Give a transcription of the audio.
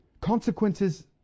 consequences